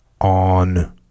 on